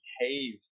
behave